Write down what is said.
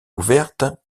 ouvertes